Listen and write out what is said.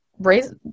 raise